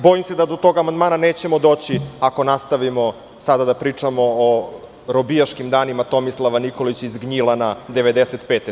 Bojim se da do tog amandmana nećemo doći ako nastavimo sada da pričamo o robijaškim danima Tomislava Nikolića iz Gnjilana 1995. godine.